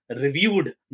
reviewed